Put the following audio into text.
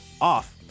off